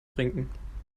trinken